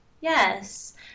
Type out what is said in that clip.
Yes